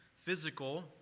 physical